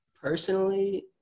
Personally